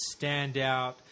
standout